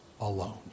alone